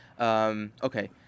Okay